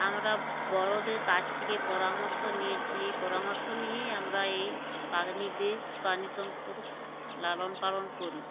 আমরা বড়দের কাছ থেকে পরামর্শ নিয়েছি এই পরামর্শ নিয়েই আমরা এই বাঘনি দেশ পানি সম্পদ লালন পালন করি